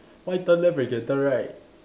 why turn left when you can turn right